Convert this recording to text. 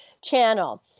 Channel